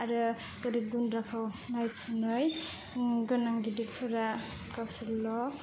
आरो गोरिब गुन्द्राखौ नायसनै गोनां गिदिरफोरा गावसोरजोंल'